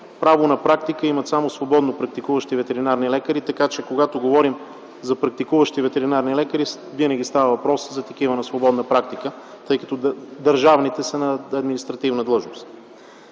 право на практика имат само свободно практикуващи ветеринарни лекари. Така че, когато говорим за практикуващи ветеринарни лекари, винаги става въпрос за такива на свободна практика, тъй като държавните са на административна длъжност.